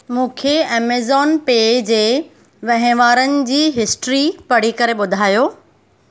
मूंखे ऐमज़ॉन पे जे वहिंवारनि जी हिस्ट्री पढ़ी करे ॿुधायो